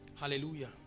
hallelujah